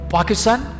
Pakistan